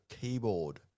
keyboard